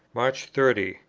march thirty.